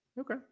Okay